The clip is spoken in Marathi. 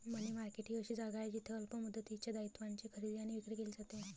मनी मार्केट ही अशी जागा आहे जिथे अल्प मुदतीच्या दायित्वांची खरेदी आणि विक्री केली जाते